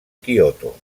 kyoto